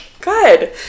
good